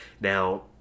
now